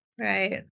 Right